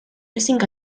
using